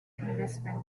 investment